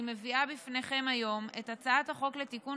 אני מביאה בפניכם היום את הצעת החוק לתיקון